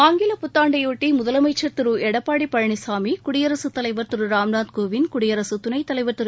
ஆங்கிலப் புத்தாண்டையொட்டி முதலமைச்சர் திரு எடப்பாடி பழனிசாமி குடியரசுத் தலைவர் திரு ராம் நாத் கோவிந்த் குடியரசுத் துணைத் தலைவர் திரு